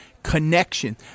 Connection